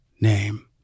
name